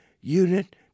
unit